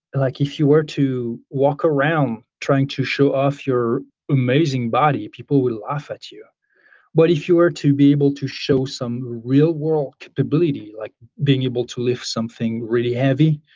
like if you were to walk around trying to show off your amazing body, people would laugh at you but if you were to be able to show some real world capability like being able to lift something really heavy,